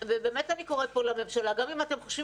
באמת אני קוראת פה לממשלה גם אם אתם חושבים